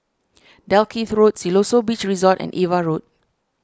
Dalkeith Road Siloso Beach Resort and Ava Road